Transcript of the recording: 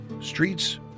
streets